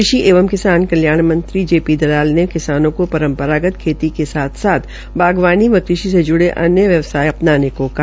कृषि एवं किसान कल्याण मंत्री जे पी दलाल ने किसानों को परम्परागत खेती के साथ साथ बागवानी व कृषि से जुड़े व्यवसाय अपनाने को कहा